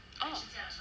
oh